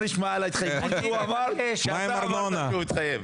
שינויים תכנוניים שמתקבלים אחרי שהם רוכשים את הקרקע,